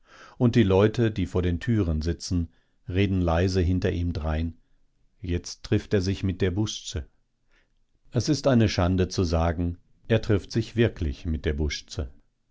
und die leute die vor den türen sitzen reden leise hinter ihm drein jetzt trifft er sich mit der busze es ist eine schande zu sagen er trifft sich wirklich mit der busze